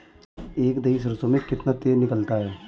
एक दही सरसों में कितना तेल निकलता है?